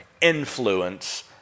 influence